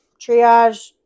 triage